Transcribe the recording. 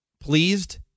pleased